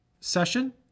session